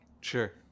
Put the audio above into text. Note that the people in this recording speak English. Sure